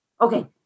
Okay